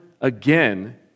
again